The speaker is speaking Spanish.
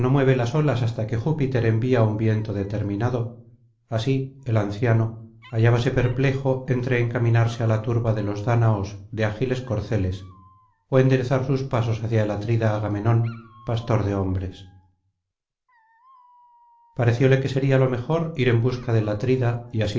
las olas hasta que júpiter envía un viento determinado así el anciano hallábase perplejo entre encaminarse á la turba de los dáñaos de ágiles corceles ó enderezar sus pasos hacia el atrida agamenón pastor de hombres parecióle que seríalo mejor ir en busca del atrida